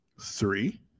three